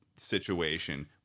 situation